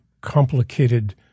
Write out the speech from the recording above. complicated